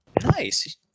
Nice